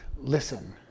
listen